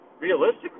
realistically